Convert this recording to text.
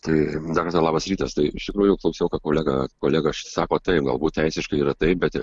tai dar kartą labas rytas tai iš tikrųjų klausiau ką kolega kolega sako taip galbūt teisiškai yra taip bet